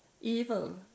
evil